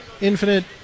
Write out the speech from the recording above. infinite